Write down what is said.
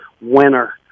winner